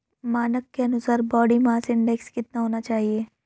मानक के अनुसार बॉडी मास इंडेक्स कितना होना चाहिए?